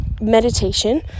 meditation